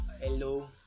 Hello